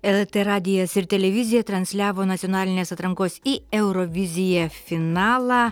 lrt radijas ir televizija transliavo nacionalinės atrankos į euroviziją finalą